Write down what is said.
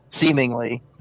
seemingly